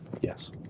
Yes